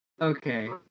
Okay